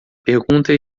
pergunta